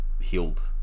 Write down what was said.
healed